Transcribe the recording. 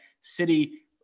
city